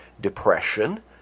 depression